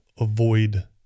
avoid